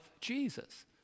Jesus